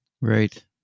Right